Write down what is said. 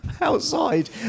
outside